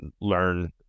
learn